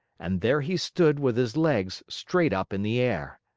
and there he stood with his legs straight up in the air.